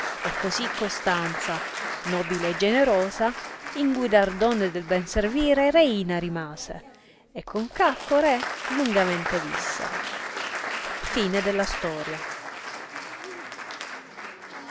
e così costanza nobile e generosa in guidardone del ben servire reina rimase e con cacco re lungamente visse già